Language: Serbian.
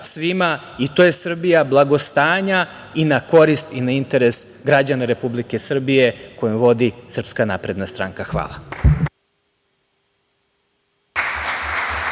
svima i to je Srbija blagostanja i na korist i na interes građana Republike Srbije koju vodi SNS. Hvala.